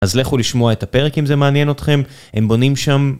אז לכו לשמוע את הפרק אם זה מעניין אתכם, הם בונים שם.